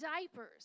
diapers